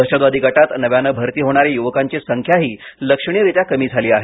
दहशतवादी गटात नव्याने भरती होण्याऱ्या युवकांची संख्याही लक्षणीयरीत्या कमी झाली आहे